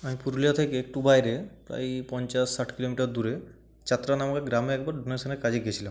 আমি পুরুলিয়া থেকে একটু বাইরে প্রায় পঞ্চাশ ষাট কিলোমিটার দূরে চাতরা নামক গ্রামে একবার ডোনেশনের কাজে গিয়েছিলাম